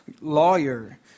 lawyer